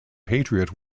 patriot